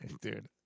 dude